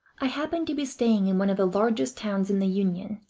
i happened to be staying in one of the largest towns in the union,